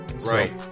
Right